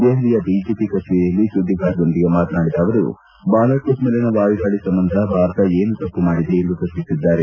ದೆಹಲಿಯ ಬಿಜೆಪಿ ಕಚೇರಿಯಲ್ಲಿ ಸುದ್ವಿಗಾರರೊಂದಿಗೆ ಮಾತನಾಡಿ ಅವರು ಬಾಲಾಕೋಟ್ ಮೇಲಿನ ವಾಯುದಾಳಿ ಸಂಬಂಧ ಭಾರತ ಏನು ತಪ್ಪು ಮಾಡಿದೆ ಎಂದು ಪ್ರಶ್ನಿಸಿದ್ದಾರೆ